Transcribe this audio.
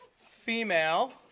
female